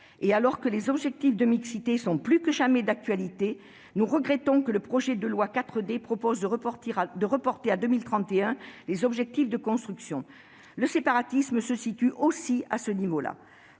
et alors que les objectifs de mixité sont plus que jamais d'actualité, nous regrettons que le projet de loi 4D prévoie de reporter à 2031 les objectifs de construction. Le séparatisme se situe aussi à ce niveau-là